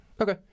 Okay